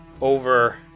over